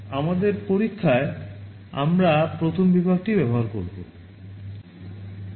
আমাদের পরীক্ষায় আমরা প্রথম বিভাগটি ব্যবহার করব